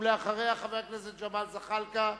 ואחריה, חבר הכנסת ג'מאל זחאלקה.